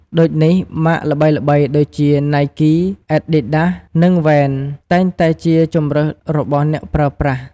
ដូចនេះ ម៉ាកល្បីៗដូចជា ណៃគី អែតឌីតដាសនិង វ៉េន តែងតែជាជម្រើសរបស់អ្នកប្រើប្រាស់។